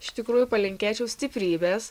iš tikrųjų palinkėčiau stiprybės